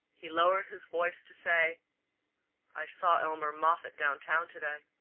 he lowered his voice to say i saw elmer moffatt down town to-day.